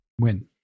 win